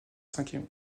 cinquième